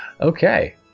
Okay